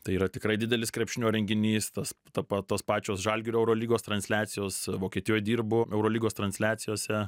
tai yra tikrai didelis krepšinio renginys tas ta pa tos pačios žalgirio eurolygos transliacijos vokietijoj dirbu eurolygos transliacijose